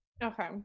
Okay